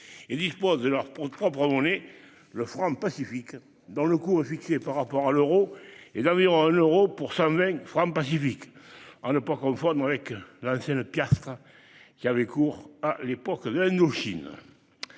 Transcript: -et disposent de leur propre monnaie, le franc Pacifique, dont le cours, fixé par rapport à l'euro, est d'environ 1 euro pour 120 francs Pacifique- à ne pas confondre avec l'ancienne piastre, qui avait cours à l'époque de l'Indochine